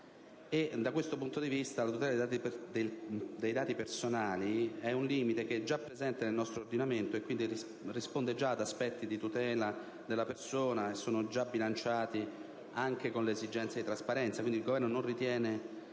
3 del 1957 e la tutela dei dati personali è un limite che è già presente nel nostro ordinamento, e quindi risponde già ad aspetti di tutela della persona che sono già bilanciati anche con le esigenze di trasparenza. Quindi, il Governo non ritiene